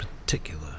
particular